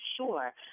sure